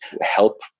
help